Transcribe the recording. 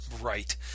right